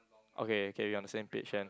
okay okay we are on the same page then